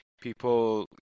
people